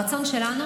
הרצון שלנו